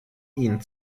ihn